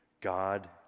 God